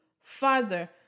Father